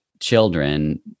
children